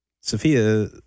Sophia